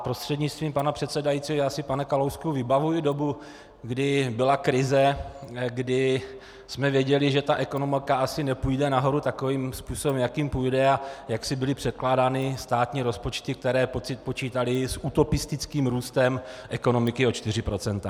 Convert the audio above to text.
Prostřednictvím pana předsedajícího, já si, pane Kalousku, vybavuji dobu, kdy byla krize, kdy jsme věděli, že ta ekonomika asi nepůjde nahoru takovým způsobem, jakým půjde, a byly jaksi předkládány státní rozpočty, které počítaly s utopistickým růstem ekonomiky o 4 %.